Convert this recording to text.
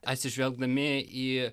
atsižvelgdami į